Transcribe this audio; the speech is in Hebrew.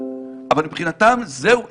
אבל מבחינתם זהו,